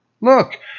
Look